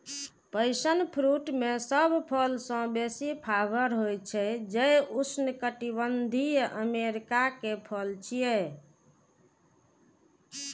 passion fruit मे सब फल सं बेसी फाइबर होइ छै, जे उष्णकटिबंधीय अमेरिका के फल छियै